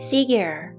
Figure